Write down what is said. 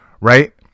Right